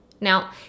Now